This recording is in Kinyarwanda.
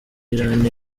iran